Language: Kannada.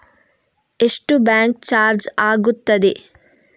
ಎಷ್ಟು ಬ್ಯಾಂಕ್ ಚಾರ್ಜ್ ಆಗುತ್ತದೆ?